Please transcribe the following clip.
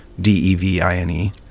D-E-V-I-N-E